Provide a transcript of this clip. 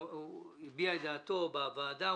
הביע את דעתו בוועדה.